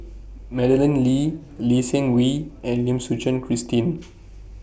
Madeleine Lee Lee Seng Wee and Lim Suchen Christine